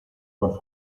por